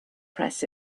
press